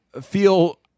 feel